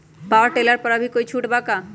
Power tiller पर अभी कोई छुट बा का?